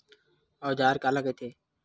औजार काला कइथे?